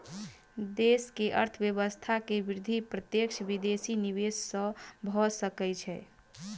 देश के अर्थव्यवस्था के वृद्धि प्रत्यक्ष विदेशी निवेश सॅ भ सकै छै